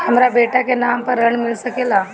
हमरा बेटा के नाम पर ऋण मिल सकेला?